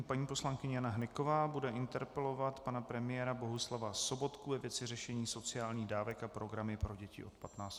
Paní poslankyně Jana Hnyková bude interpelovat pana premiéra Bohuslava Sobotku ve věci řešení sociálních dávek a programy pro děti od 15 let.